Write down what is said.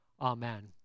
Amen